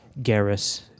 Garrus